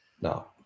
No